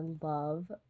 love